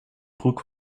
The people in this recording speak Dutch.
broek